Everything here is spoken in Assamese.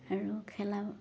আৰু খেলা